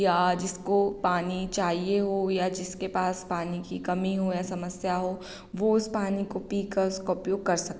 या जिसको पानी चाहिए हो या जिसके पास पानी की कमी हो या समस्या हो वो उस पानी को पीकर उसका उपयोग कर सकता है